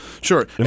sure